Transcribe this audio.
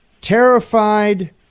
terrified